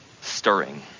stirring